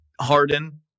Harden